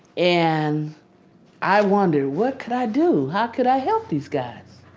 and i wondered what could i do? how could i help these guys?